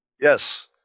Yes